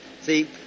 See